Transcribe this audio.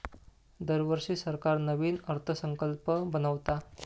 दरवर्षी सरकार नवीन अर्थसंकल्प बनवता